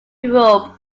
europe